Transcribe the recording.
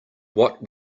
what